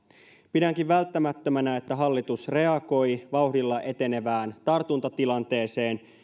pidänkin välttämättömänä että hallitus reagoi vauhdilla etenevään tartuntatilanteeseen